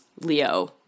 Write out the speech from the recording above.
Leo